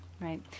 Right